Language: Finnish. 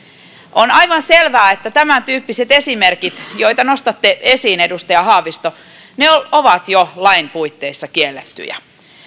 on aivan selvää että tämäntyyppiset esimerkit joita nostatte esiin edustaja haavisto ovat jo lain puitteissa kiellettyjä